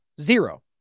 Zero